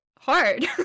hard